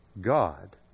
God